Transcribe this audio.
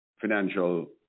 financial